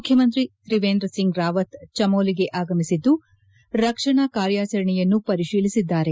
ಮುಖ್ಯಮಂತ್ರಿ ತ್ರಿವೇಂದ್ರ ಸಿಂಗ್ ರಾವತ್ ಚಮೋಲಿಗೆ ಅಗಮಿಸಿದ್ದು ರಕ್ಷಣಾ ಕಾರ್ಯಾಚರಣೆಯನ್ನು ಪರಿಶೀಲಿಸಿದ್ದಾರೆ